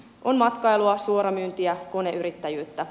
on matkailua suoramyyntiä koneyrittäjyyttä